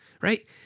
right